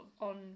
on